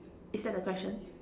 is that the question